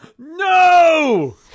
No